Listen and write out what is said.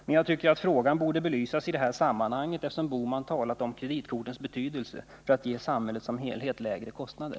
Men jag tycker att frågan borde belysas i det här sammanhanget, eftersom Gösta Bohman talat om kreditkortens betydelse för att ge samhället som helhet lägre kostnader.